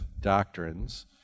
doctrines